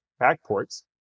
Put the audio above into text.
backports